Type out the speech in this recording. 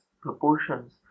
proportions